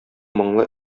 моңлы